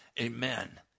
amen